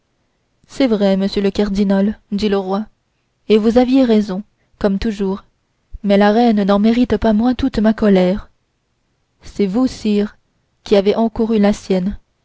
c'est vrai monsieur le cardinal dit le roi et vous aviez raison comme toujours mais la reine n'en mérite pas moins toute ma colère c'est vous sire qui avez encouru la sienne